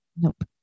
Nope